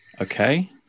Okay